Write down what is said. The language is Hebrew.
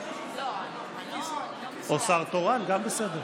או שר תורן, גם בסדר.